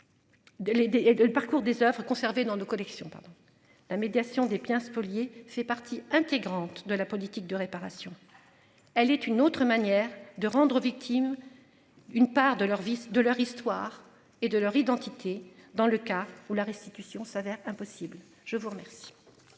le parcours des Oeuvres conservées dans nos collections pardon la médiation des biens spoliés fait partie intégrante de la politique de réparation. Elle est une autre manière de rendre aux victimes. Une part de leur vie, de leur histoire et de leur identité. Dans le cas où la restitution s'avère impossible, je vous remercie.